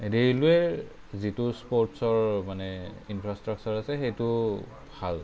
ৰে'লৱেৰ যিটো স্পৰ্টচৰ মানে ইনফ্ৰাষ্ট্ৰাকচাৰ আছে সেইটো ভাল